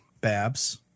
Babs